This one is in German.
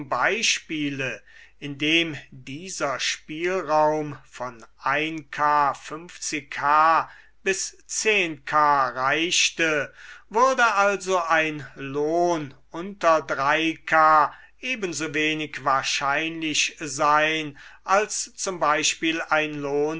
beispiele in dem dieser spielraum von k h bis k reichte würde also ein lohn unter k ebensowenig wahrscheinlich sein als z b ein lohn